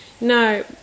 No